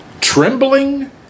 Trembling